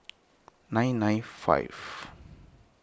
nine nine five